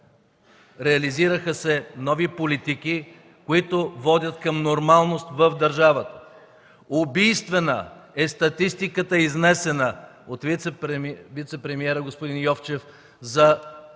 Реализираха се нови политики, които водят до нормалност в държавата. Убийствена е статистиката, изнесена от вицепремиера господин Йовчев за борбата